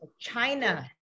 China